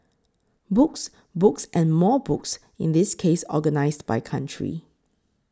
books books and more books in this case organised by country